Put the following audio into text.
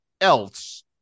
else